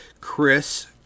Chris